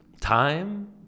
time